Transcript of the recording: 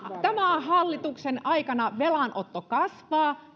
hallituksen aikana velanotto kasvaa